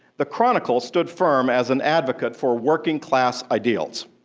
the chronicle stood firm as an advocate for working-class ideals.